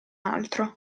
altro